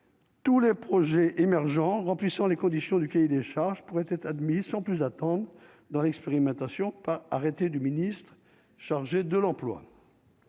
Tous les projets émergents remplissant les conditions du cahier des charges pourraient être admis sans plus attendre dans l'expérimentation par arrêté du ministre chargé de l'emploi.